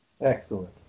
Excellent